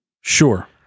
Sure